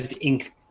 ink